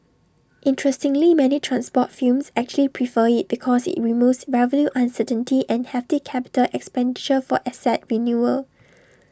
interestingly many transport films actually prefer IT because IT removes revenue uncertainty and hefty capital expenditure for asset renewal